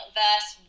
verse